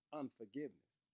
unforgiveness